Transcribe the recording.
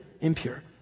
impure